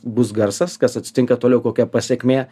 bus garsas kas atsitinka toliau kokia pasekmė